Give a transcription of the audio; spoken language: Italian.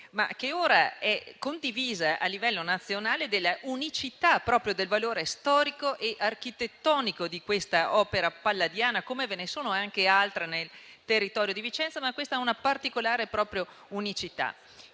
ma che ora è condivisa a livello nazionale, della unicità del valore storico e architettonico di questa opera palladiana. Ve ne sono anche altre nel territorio di Vicenza, ma questa ha una particolare unicità.